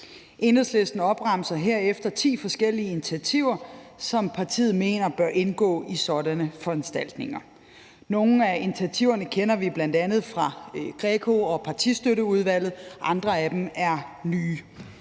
Enhedslisten opremser herefter ti forskellige initiativer, som partiet mener bør indgå i sådanne foranstaltninger. Nogle af initiativerne kender vi bl.a. fra GRECO og Partistøtteudvalget; andre af dem er nye.